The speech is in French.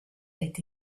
été